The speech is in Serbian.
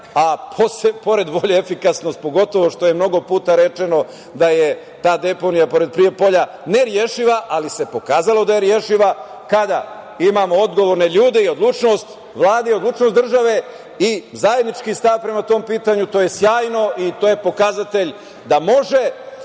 a pored volje, efikasnost, pogotovo što je mnogo puta rečeno da je ta deponija pored Prijepolja nerešiva, ali se pokazalo da je rešiva kada imamo odgovorne ljude i odlučnost Vlade i odlučnost države i zajednički stav prema tom pitanju. To je sjajno i to je pokazatelj da može